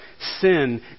sin